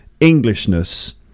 Englishness